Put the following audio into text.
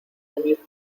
venir